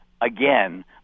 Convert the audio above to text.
again